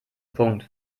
punkt